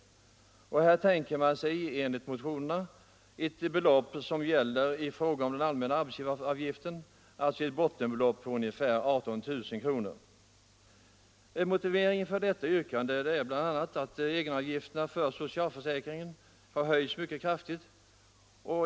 Motionärerna har utgått från samma belopp som gäller i fråga om den allmänna arbetsgivaravgiften, alltså ett bottenbelopp på ungefär 18 000 kr. En motivering för detta yrkande är att egenavgifterna för socialförsäkringen har höjts mycket kraftigt.